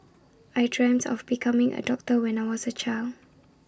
I dreamt of becoming A doctor when I was A child